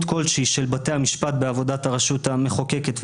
כלשהי של בתי המשפט בעבודת הרשות המחוקקת והמבצעת,